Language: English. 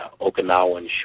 Okinawan